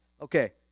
Okay